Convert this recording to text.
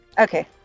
okay